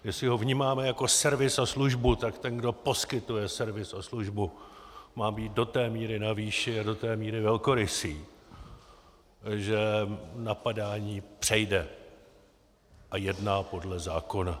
Jestli ho vnímáme jako servis a službu, tak ten, kdo poskytuje servis a službu, má být do té míry na výši a do té míry velkorysý, takže napadání přejde a jedná podle zákona.